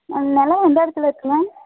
நிலம் எந்த இடத்துல இருக்குங்க